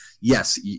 yes